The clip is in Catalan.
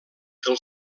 del